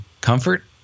comfort